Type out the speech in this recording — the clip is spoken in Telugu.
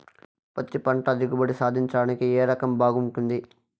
పత్తి పంట దిగుబడి సాధించడానికి ఏ రకం బాగుంటుంది?